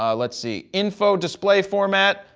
um let's see. info display format,